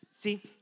See